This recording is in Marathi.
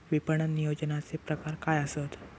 विपणन नियोजनाचे प्रकार काय आसत?